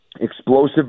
explosive